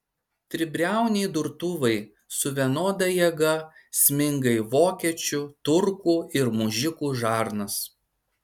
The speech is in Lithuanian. tribriauniai durtuvai su vienoda jėga sminga į vokiečių turkų ir mužikų žarnas